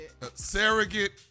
Surrogate